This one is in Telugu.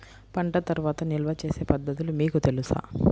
పంట తర్వాత నిల్వ చేసే పద్ధతులు మీకు తెలుసా?